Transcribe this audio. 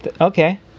Okay